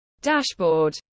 dashboard